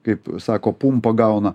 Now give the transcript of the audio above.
kaip sako pumpą gauna